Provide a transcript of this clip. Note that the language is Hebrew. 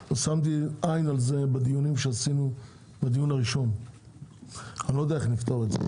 שמתי עין על זה עוד בדיון הראשון ואני לא יודע איך לפתור את זה.